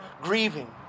grieving